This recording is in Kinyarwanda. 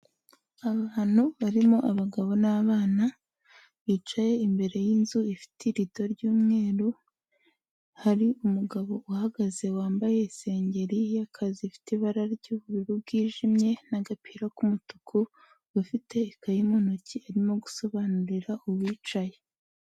Abantu barimo abagabo n'abana, bicaye imbere y'inzu ifite irido ry'umweru, hari umugabo uhagaze wambaye isengeri y'akazi ifite ibara ry'ubururu bwijimye n'agapira k'umutuku, ufite ikaye mu ntoki arimo gusobanurira uwicaye.